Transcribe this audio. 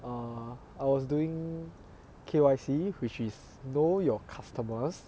err I was doing K_Y_C which is know your customers